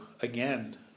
again